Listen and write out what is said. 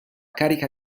carica